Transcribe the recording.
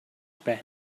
байна